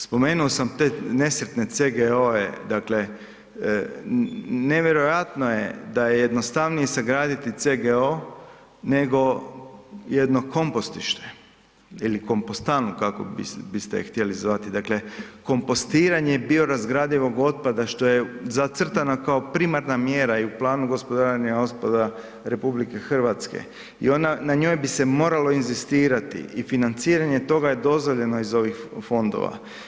Spomenuo sam te nesretne CGO dakle nevjerojatno je da je jednostavnije sagraditi CGO nego jedno kompostište ili kompostanu kako biste je htjeli zvati, dakle kompostiranje biorazgradivog otpada što je zacrtana kao primarna mjera i u Planu gospodarenje otpada RH i na njoj bi se moralo inzistirati i financiranje toga je dozvoljeno iz ovih fondova.